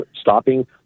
stopping